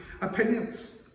opinions